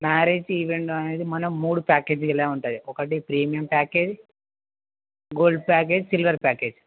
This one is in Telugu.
మ్యారేజ్ ఈవెంట్ అనేది మనం మూడు ప్యాకేజీలే ఉంటుంది ఒకటి premium package gold package silver package